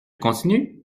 continue